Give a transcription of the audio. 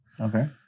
Okay